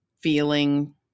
feeling